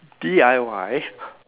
D_I_Y